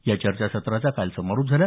या चर्चासत्राचा काल समारोप झाला